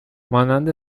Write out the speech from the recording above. مانند